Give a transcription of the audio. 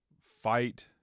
fight